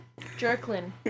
Jerklin